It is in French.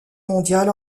mondial